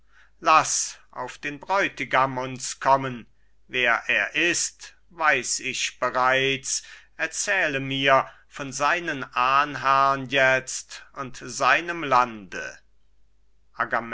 laß auf den bräutigam uns kommen wer er ist weiß ich bereits erzähle mir vor seinen ahnherrn jetzt und seinem lande